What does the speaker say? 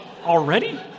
already